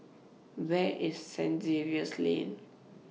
Where IS Saint Xavier's Lane